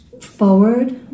forward